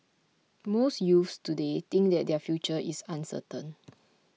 most youths today think that their future is uncertain